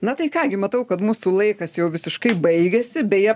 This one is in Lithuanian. na tai ką gi matau kad mūsų laikas jau visiškai baigėsi beje